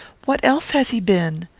what else has he been?